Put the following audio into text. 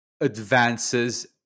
advances